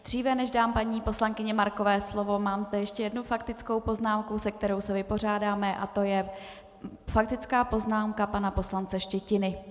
Dříve než dám paní poslankyni Markové slovo, má tu ještě jednu faktickou poznámku, se kterou se vypořádáme, a to je faktická poznámka pana poslance Štětiny.